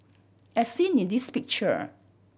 as seen in this picture